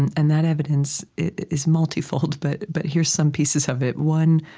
and and that evidence is multifold, but but here's some pieces of it. one,